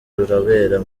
rurabera